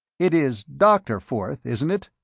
it is doctor forth, isn't it?